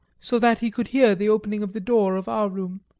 so that he could hear the opening of the door of our room.